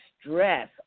stress